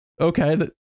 Okay